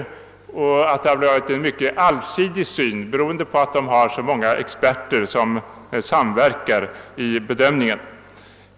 Kommittén har haft en mycket allsidig syn på dem beroende på att så många experter samverkar vid bedömningen.